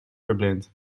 verblind